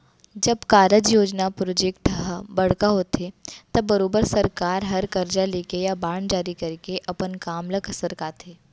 जब कारज, योजना प्रोजेक्ट हर बड़का होथे त बरोबर सरकार हर करजा लेके या बांड जारी करके अपन काम ल सरकाथे